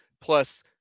plus